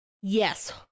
Yes